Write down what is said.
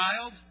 child